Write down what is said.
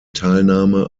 teilnahme